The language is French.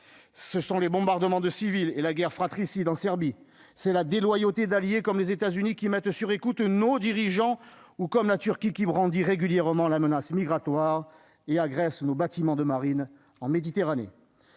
ce sont les bombardements de civils et la guerre fratricide en Serbie, c'est la déloyauté d'alliés comme les États-Unis, qui mettent sur écoute nos dirigeants ou comme la Turquie qui brandit régulièrement la menace migratoire et agressent nos bâtiments de marine en Méditerranée